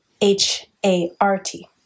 H-A-R-T